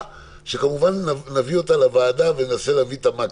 שכמובן נביא אותה לוועדה וננסה להביא את המקסימום.